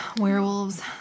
Werewolves